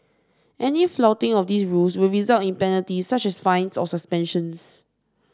any flouting of these rules would result in penalties such as fines or suspension